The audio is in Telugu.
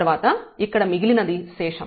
తర్వాత ఇక్కడ మిగిలినది శేషం